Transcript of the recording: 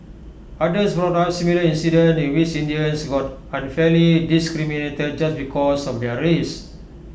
others brought up similar incidents in which Indians got unfairly discriminated just because of their race